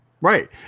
Right